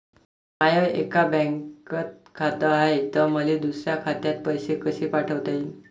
माय एका बँकेत खात हाय, त मले दुसऱ्या खात्यात पैसे कसे पाठवता येईन?